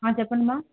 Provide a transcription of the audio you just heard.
ఆ చెప్పండమ్మా